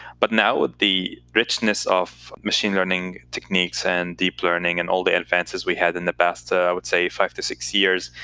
but now, with the richness of machine learning techniques and deep learning, and all the advances we had in the past, i would say, five to six years,